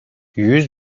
yüz